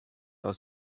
aus